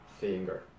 finger